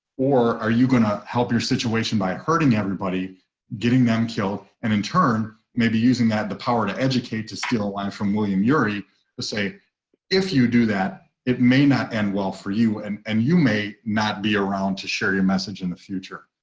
or are you going to help your situation by hurting everybody getting them killed and in turn may be using that the power to educate, to steal a line from william uri to say scott tillema if you do that, it may not end well for you and and you may not be around to share your message in the future.